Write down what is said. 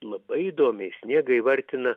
labai įdomiai sniegą įvardina